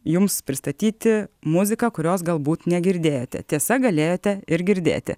jums pristatyti muziką kurios galbūt negirdėjote tiesa galėjote ir girdėti